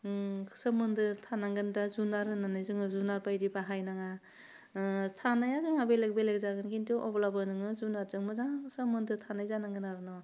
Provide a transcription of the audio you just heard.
ओम सोमोन्दो थानांगोन दा जुनार होन्नानै जोङो जुनार बायदि बाहायनाङा ओह थानाया जोंहा बेलेग बेलेग जागोन खिन्थु अब्लाबो नोङो जुनादजों मोजां सोमोन्दो थानाय जानांगोन आरो ना